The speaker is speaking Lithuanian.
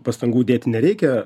pastangų dėti nereikia